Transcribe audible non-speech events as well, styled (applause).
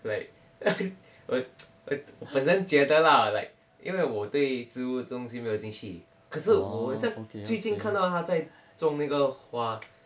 like (laughs) 我 (noise) 我本身觉得啦 like 因为我对植物的东西没有兴趣可是我很像最近看到他在种那个花